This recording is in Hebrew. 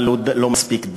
אבל הוא לא מספיק.